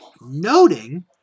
noting